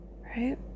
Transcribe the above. Right